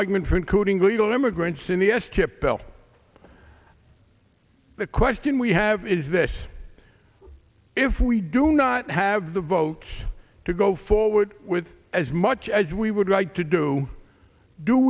argument for including legal immigrants in the s chip bell the question we have is this if we do not have the votes to go forward with as much as we would like to do do